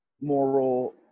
moral